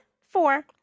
four